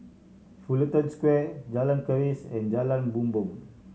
Fullerton Square Jalan Keris and Jalan Bumbong